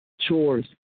chores